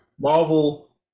Marvel